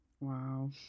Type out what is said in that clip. wow